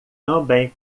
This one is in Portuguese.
também